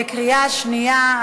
בקריאה שנייה.